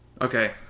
Okay